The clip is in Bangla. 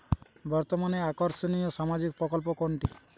বর্তমানে আকর্ষনিয় সামাজিক প্রকল্প কোনটি?